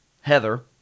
Heather